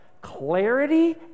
clarity